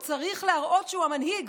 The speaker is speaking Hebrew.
הוא צריך להראות שהוא המנהיג,